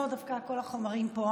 לא, דווקא כל החומרים פה.